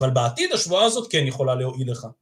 אבל בעתיד השבועה הזאת כן יכולה להועיל לך.